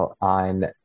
on